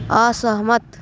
असहमत